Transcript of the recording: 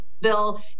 bill